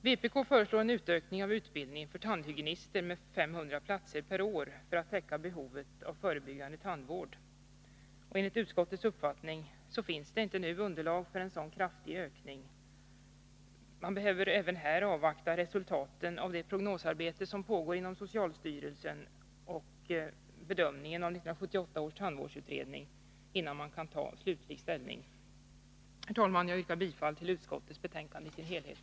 Vpk föreslår en ökning av utbildningen för tandhygienister till 500 platser per år för att täcka behovet av förebyggande tandvård. Enligt utskottets uppfattning finns det inte nu underlag för en sådan kraftig ökning. Man behöver även här avvakta resultaten av det prognosarbete som pågår inom socialstyrelsen och bedömningen av 1978 års tandvårdsutredning, innan man kan ta slutlig ställning. Herr talman! Jag yrkar bifall till utskottets hemställan i dess helhet.